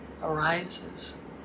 arises